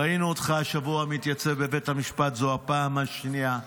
ראינו אותך השבוע מתייצב בבית המשפט זו הפעם השנייה.